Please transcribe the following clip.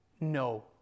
No